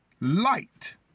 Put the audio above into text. light